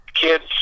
kids